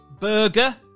burger